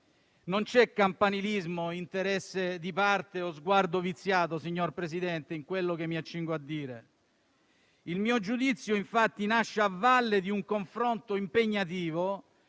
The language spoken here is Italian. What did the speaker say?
non c'è campanilismo, né interesse di parte o sguardo viziato in quanto mi accingo a dire. Il mio giudizio, infatti, nasce a valle di un confronto impegnativo,